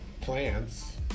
plants